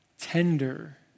tender